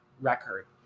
record